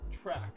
track